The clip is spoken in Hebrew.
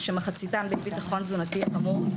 כשמחציתם בביטחון תזונתי נמוך,